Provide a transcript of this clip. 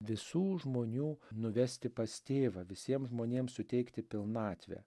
visų žmonių nuvesti pas tėvą visiems žmonėms suteikti pilnatvę